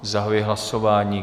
Zahajuji hlasování.